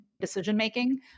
decision-making